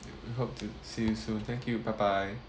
hope to see you soon thank you bye bye